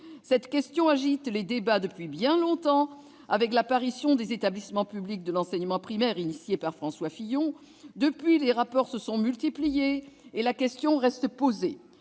Cette question suscite des débats depuis bien longtemps, depuis l'apparition des établissements publics de l'enseignement primaire, institués par François Fillon. Depuis lors, les rapports se sont multipliés et la question reste posée